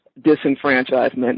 disenfranchisement